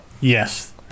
Yes